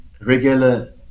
regular